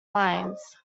lines